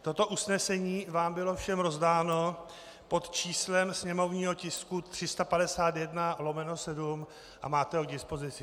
Toto usnesení vám bylo všem rozdáno pod číslem sněmovního tisku 351/7 a máte ho k dispozici.